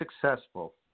successful